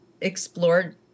explored